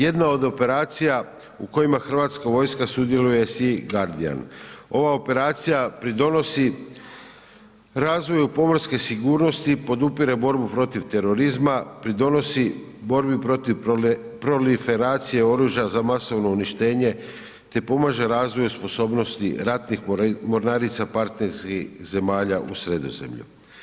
Jedna od operacija u kojima Hrvatska vojska sudjeluje je SEA GUARDIAN, ova operacija pridonosi razvoju pomorske sigurnosti i podupire borbu protiv terorizma, pridonosi borbi protiv proliferacije oružja za masovno uništenje, te pomaže razvoju sposobnosti ratnih mornarica partnerskih zemalja u Sredozemlju.